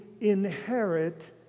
inherit